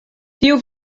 tiu